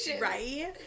Right